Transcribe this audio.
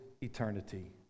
eternity